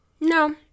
No